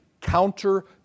counter